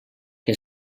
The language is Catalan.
que